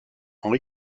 henry